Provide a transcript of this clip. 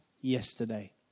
yesterday